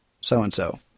So-and-so